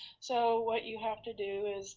so what you have to do is